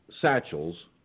satchels